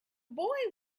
boy